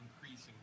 increasing